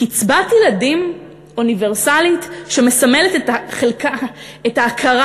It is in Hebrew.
קצבת ילדים אוניברסלית שמסמלת את ההכרה